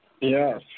Yes